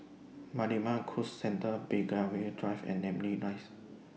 Marina Bay Cruise Centre Belgravia Drive and Namly Rise